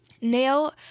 Now